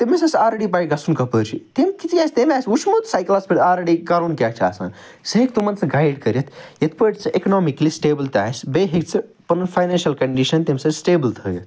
تٔمِس آسہِ آلریٚڈی پاے گَژھُن کَپٲرۍ چھُ تٔمۍ آسہِ وُچھمُت سایکَلَس پٮ۪ٹھ آلریٚڈی کَرُن کیٛاہ چھُ آسان سُہ ہیٚکہ تِمن گایڈ کٔرِتھ یِتھ پٲٹھۍ سُہ اکنوامکلی سٹیبٕل تہٕ آسہِ بیٚیہِ ہیٚکہِ سُہ پنُن فاینانشَل کَنڈِشَن تَمہِ سۭتۍ سٹیبٕل تھٲیِتھ